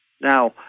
Now